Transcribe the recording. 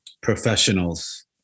professionals